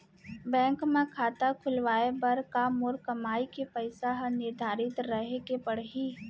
Bank म खाता खुलवाये बर का मोर कमाई के पइसा ह निर्धारित रहे के पड़ही?